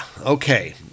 Okay